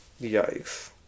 Yikes